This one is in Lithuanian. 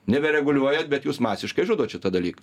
nebereguliuojat bet jūs masiškai žudot šitą dalyką